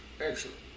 excellent